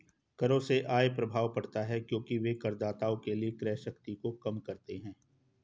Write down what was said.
करों से आय प्रभाव पड़ता है क्योंकि वे करदाताओं के लिए क्रय शक्ति को कम करते हैं